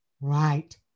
right